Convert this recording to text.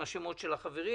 עם שמות החברים,